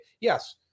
Yes